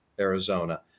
Arizona